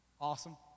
Awesome